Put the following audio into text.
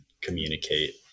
communicate